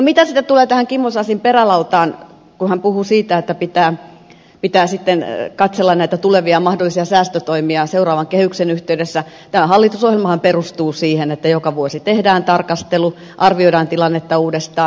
mitä sitten tulee tähän kimmo sasin perälautaan kun hän puhui siitä että pitää sitten katsella näitä tulevia mahdollisia säästötoimia seuraavan kehyksen yhteydessä niin tämä hallitusohjelmahan perustuu siihen että joka vuosi tehdään tarkastelu arvioidaan tilannetta uudestaan